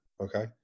Okay